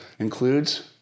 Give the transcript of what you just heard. includes